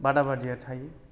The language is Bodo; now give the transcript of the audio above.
बादा बादिया थायो